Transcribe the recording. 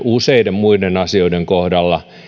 useiden muiden asioiden kohdalla